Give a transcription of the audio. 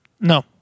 No